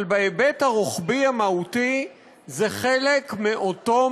אבל בהיבט הרוחבי המהותי זה חלק מאותו